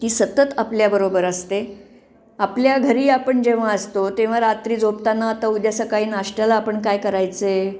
ती सतत आपल्याबरोबर असते आपल्या घरी आपण जेव्हा असतो तेव्हा रात्री झोपताना आता उद्या सकाळी नाश्त्याला आपण काय करायचे